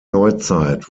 neuzeit